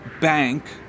bank